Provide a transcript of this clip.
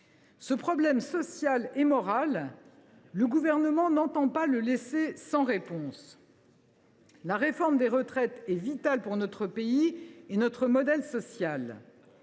Ce problème social et moral, le Gouvernement n’entend pas le laisser sans réponse. La réforme des retraites est vitale pour notre pays et notre modèle social